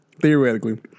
theoretically